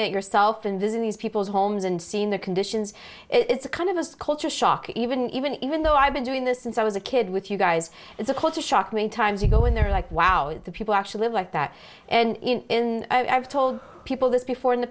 it yourself and visit these people's homes and seen the conditions it's a kind of us culture shock even even even though i've been doing this since i was a kid with you guys it's a culture shock many times you go in there like wow the people actually live like that and in i've told people this before in the